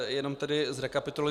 Jenom tedy zrekapituluji.